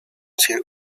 sir